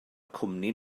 cwmni